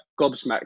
gobsmacked